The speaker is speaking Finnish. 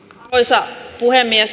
arvoisa puhemies